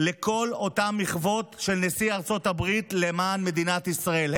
לכל אותן מחוות של נשיא ארצות הברית למען מדינת ישראל,